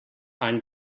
any